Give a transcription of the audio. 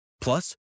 Plus